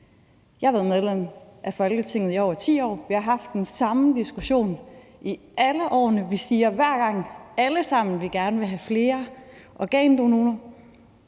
Jeg har været medlem af Folketinget i over 10 år. Vi har haft den samme diskussion i alle årene. Vi siger hver gang alle sammen, at vi gerne vil have flere organdonorer,